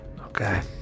Okay